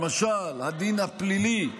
למשל בדין הפלילי,